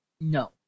No